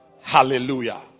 Hallelujah